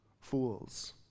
fools